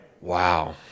wow